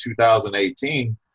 2018